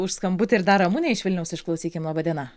už skambutį ir dar ramunė iš vilniaus išklausykim laba diena